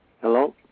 Hello